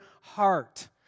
heart